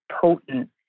potent